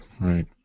right